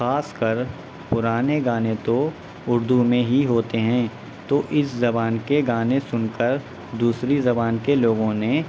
خاص کر پرانے گانے تو اردو میں ہی ہوتے ہیں تو اس زبان کے گانے سن کر دوسری زبان کے لوگوں نے